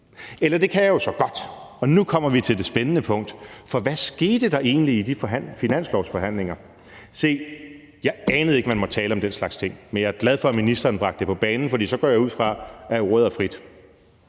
Eller det kan jeg jo så godt, og nu kommer vi til det spændende punkt. For hvad skete der egentlig i de finanslovsforhandlinger? Se, jeg anede ikke, at man måtte tale om den slags ting, men jeg er glad for, at ministeren bragte det på banen, for så går jeg ud fra, at ordet er frit.